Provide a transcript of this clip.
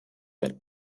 that